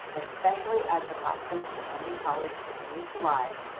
especially as the cost of attending college continues to rise.